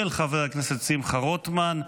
של חבר הכנסת שמחה רוטמן,